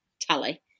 tally